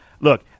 Look